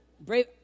brave